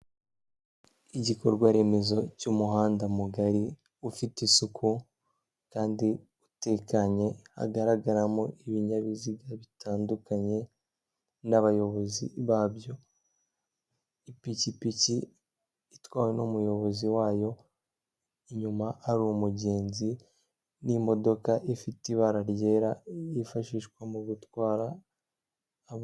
Igikorwa remezo cy'umuhanda mugari, ufite isuku kandi utekanye, hagaragaramo ibinyabiziga bitandukanye n'abayobozi babyo, ipikipiki itwawe n'umuyobozi wayo, inyuma hari umugenzi n'imodoka ifite ibara ryera, yifashishwa mu gutwara.